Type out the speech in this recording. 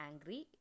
angry